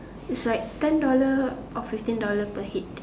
it's like ten dollar or fifteen dollar per head